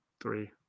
three